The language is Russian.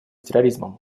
терроризмом